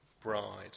bride